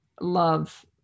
love